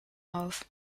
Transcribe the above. auf